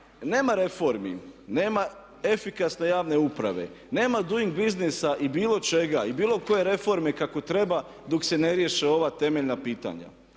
nema reformi, nema efikasne javne uprave, nema doing businessa i bilo čega, i bilo koje reforme kako treba dok se ne riješe ova temeljna pitanja.